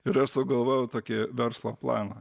ir aš sugalvojau tokį verslo planą